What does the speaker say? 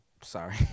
sorry